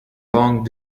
long